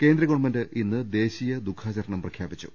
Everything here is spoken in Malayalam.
കേന്ദ്ര ഗവൺമെന്റ് ഇന്ന് ദേശീയ ദുഖാചരണം പ്രഖ്യാപിച്ചു